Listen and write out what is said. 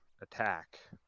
attack